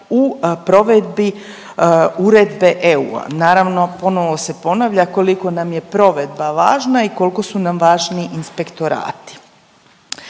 u provedbi uredbe EU-a. Naravno ponovno se ponavlja koliko nam je provedba važna i koliko su nam važni inspektorati.